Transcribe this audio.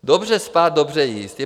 Dobře spát, dobře jíst